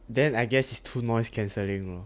then I guess too noise cancelling lor